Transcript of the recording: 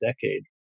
decade